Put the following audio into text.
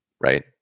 right